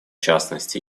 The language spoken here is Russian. частности